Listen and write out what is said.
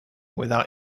without